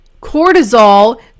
cortisol